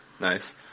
Nice